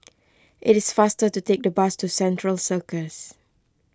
it is faster to take the bus to Central Circus